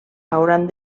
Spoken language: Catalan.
hauran